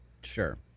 Sure